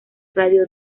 radio